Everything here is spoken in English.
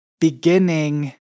beginning